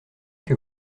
que